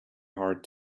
hard